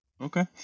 Okay